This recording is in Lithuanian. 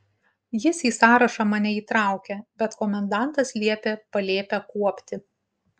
jis į sąrašą mane įtraukė bet komendantas liepė palėpę kuopti